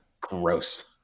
gross